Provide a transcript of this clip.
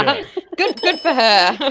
good for her